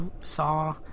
saw